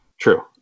true